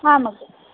आम् अग्रज